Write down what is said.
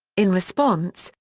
in response,